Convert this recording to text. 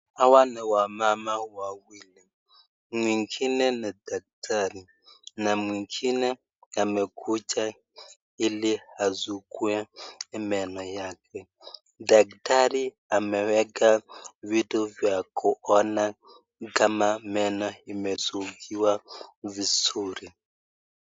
Hawa ni wamama wawili mwingine ni daktari na mwingine amekuja ili asukue meno yake. Daktari ameweka vitu vya kuona kama meno imesukiwa vizuri.